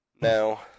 Now